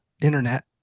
internet